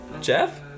Jeff